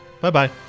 Bye-bye